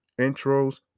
intros